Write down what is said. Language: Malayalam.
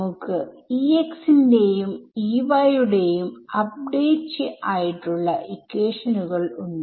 നമുക്ക് Ex ന്റെയും Ey യുടെയും അപ്ഡേറ്റ് ആയിട്ടുള്ള ഇക്വേഷനുകൾ ഉണ്ട്